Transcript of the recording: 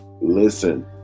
listen